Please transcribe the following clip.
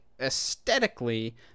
aesthetically